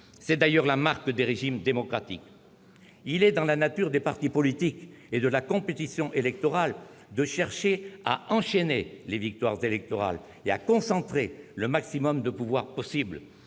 c'est d'ailleurs la marque des régimes démocratiques ! Il est dans la nature des partis politiques et de la compétition électorale de chercher à enchaîner les victoires électorales et à concentrer le maximum de pouvoirs.